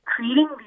creating